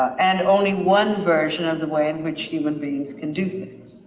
and only one version of the way in which human beings can do things.